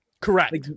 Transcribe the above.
Correct